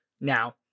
now